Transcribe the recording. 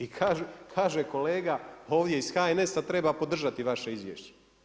I kaže kolega pa ovdje iz HNS-a treba podržati vaše izvješće.